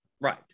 right